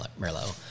merlot